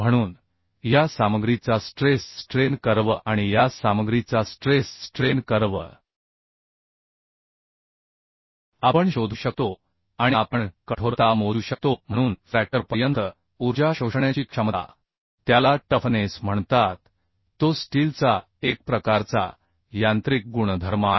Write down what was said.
म्हणून या सामग्रीचा स्ट्रेस स्ट्रेन कर्व आणि या सामग्रीचा स्ट्रेस स्ट्रेन कर्व आपण शोधू शकतो आणि आपण कठोरता मोजू शकतो म्हणून फ्रॅक्चरपर्यंत ऊर्जा शोषण्याची क्षमता त्याला टफनेस म्हणतात तो स्टीलचा एक प्रकारचा यांत्रिक गुणधर्म आहे